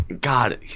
God